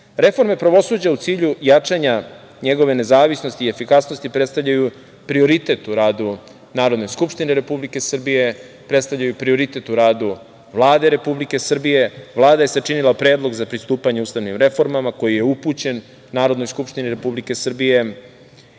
Reforme pravosuđa u cilju jačanja njegove nezavisnosti i efikasnosti predstavljaju prioritet u radu Narodne skupštine Republike Srbije, predstavljaju prioritet u radu Vlade Republike Srbije. Vlada je sačinila predlog za pristupanje ustavnim reformama, koji je upućen Narodnoj skupštini Republike Srbije